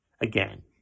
again